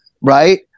right